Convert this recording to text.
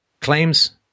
claims